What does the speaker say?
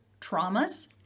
traumas